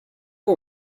all